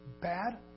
bad